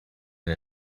and